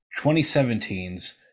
2017's